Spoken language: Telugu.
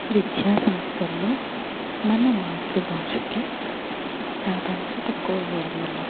విద్యాసంస్థల్లో మన మాతృభాషకు ప్రాధాన్యత తక్కువవడం వల్ల